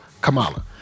Kamala